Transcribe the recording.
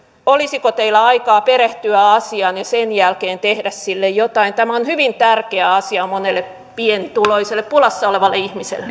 olisiko teillä aikaa perehtyä asiaan ja sen jälkeen tehdä sille jotain tämä on hyvin tärkeä asia monelle pienituloiselle pulassa olevalle ihmiselle